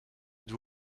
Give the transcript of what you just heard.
êtes